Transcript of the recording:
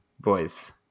boys